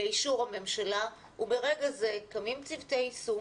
לאישור הממשלה וברגע זה קמים צוותי יישום